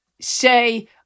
say